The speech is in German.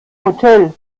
hotel